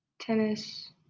tennis